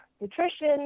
nutrition